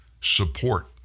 support